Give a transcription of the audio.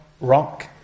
rock